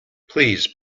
please